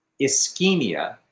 ischemia